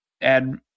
And-